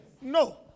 No